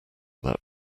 that